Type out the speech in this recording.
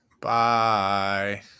bye